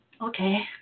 okay